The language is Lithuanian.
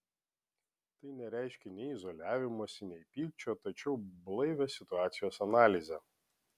tai nereiškia nei izoliavimosi nei pykčio tačiau blaivią situacijos analizę